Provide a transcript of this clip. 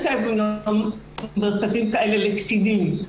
יש מרכזים כאלה לקטינים,